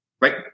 Right